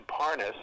Parnas